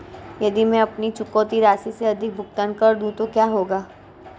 यदि मैं अपनी चुकौती राशि से अधिक भुगतान कर दूं तो क्या होगा?